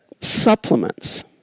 supplements